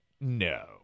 no